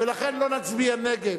ולכן לא נצביע נגד,